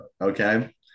okay